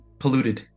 polluted